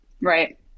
right